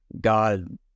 God